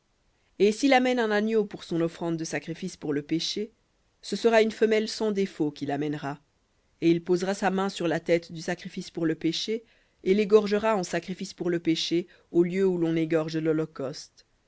et s'il amène un agneau pour son offrande de sacrifice pour le péché ce sera une femelle sans défaut qu'il amènera et il posera sa main sur la tête du sacrifice pour le péché et l'égorgera en sacrifice pour le péché au lieu où l'on égorge lholocauste et le